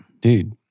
Dude